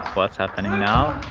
what's happening now?